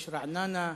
יש רעננה,